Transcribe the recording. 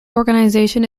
organization